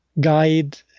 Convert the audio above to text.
guide